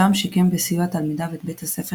שם שיקם בסיוע תלמידיו את בית הספר